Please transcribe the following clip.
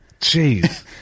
jeez